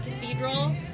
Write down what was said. cathedral